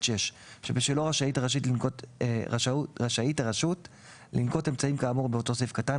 (6) שבשלו רשאית הרשות לנקוט אמצעים כאמור באותו סעיף קטן,